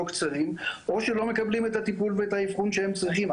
קצרים או שלא מקבלים את הטיפול ואת האבחון שהם צריכים.